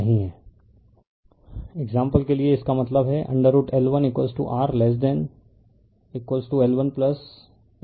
refer slide time 3658 example के लिए इसका मतलब है √L1r लेस देनL1 डिवाइडेड बाय 2 है